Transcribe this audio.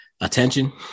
attention